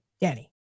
Danny